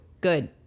Good